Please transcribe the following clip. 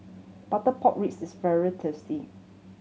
butter pork ribs is very tasty